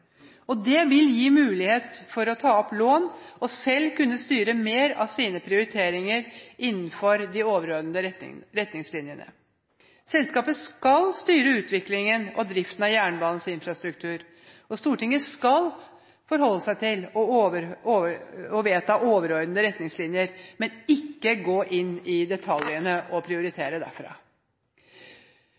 selskap. Det vil gi dem mulighet for å ta opp lån og selv kunne styre mer av sine prioriteringer innenfor de overordnede retningslinjene. Selskapet skal styre utviklingen og driften av jernbanens infrastruktur, og Stortinget skal forholde seg til og vedta overordnede retningslinjer, men ikke detaljstyre prioriteringene. Høyre mener selskapet skal overta eierskap og